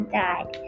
died